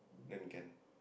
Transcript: then can